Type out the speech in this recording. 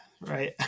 right